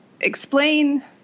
explain